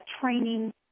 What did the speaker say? training